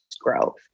growth